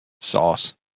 Sauce